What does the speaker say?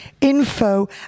info